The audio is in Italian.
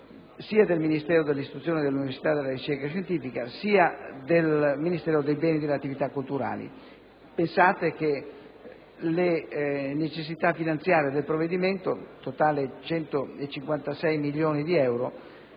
sia del Ministero dell'istruzione, dell'università e della ricerca scientifica sia del Ministero dei beni e delle attività culturali. Pensate che le necessità finanziarie del provvedimento, in totale 156 milioni di euro,